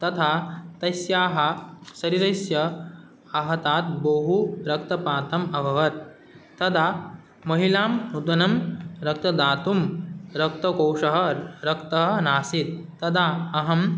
तथा तस्याः शरीरस्य आहताद् बहु रक्तपातः अभवत् तदा महिलाम् उदनं रक्तं दातुं रक्तकोशे रक्तः नासीत् तदा अहं